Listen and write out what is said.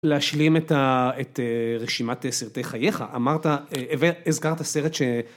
להשלים את רשימת סרטי חייך, אמרת, הזכרת סרט ש...